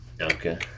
Okay